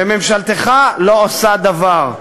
וממשלתך לא עושה דבר.